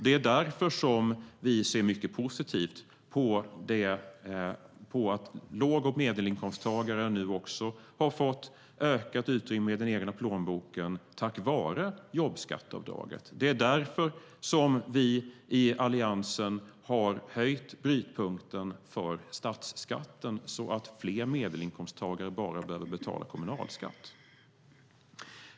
Det är därför som vi ser mycket positivt på att låg och medelinkomsttagare nu också har fått ökat utrymme i den egna plånboken, tack vare jobbskatteavdraget. Det är därför som vi i Alliansen har höjt brytpunkten för statsskatten så att fler medelinkomsttagare bara behöver betala kommunalskatt.